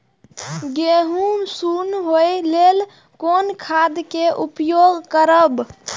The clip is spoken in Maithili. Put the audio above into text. गेहूँ सुन होय लेल कोन खाद के उपयोग करब?